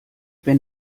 wenn